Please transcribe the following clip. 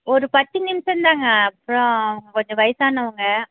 ஒரு பத்து நிமிஷந்தாங்க அப்புறம் கொஞ்சம் வயதானவங்க